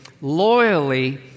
loyally